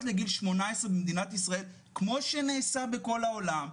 לגיל 18 במדינת ישראל כמו שנעשה בכל העולם,